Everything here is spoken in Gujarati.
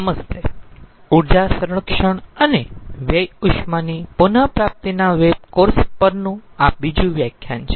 નમસ્તે ઊર્જા સંરક્ષણ અને વ્યય ઉષ્માની પુન પ્રાપ્તિના વેબ કોર્સ પરનું આ બીજુ વ્યાખ્યાન છે